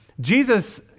Jesus